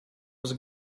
was